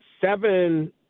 seven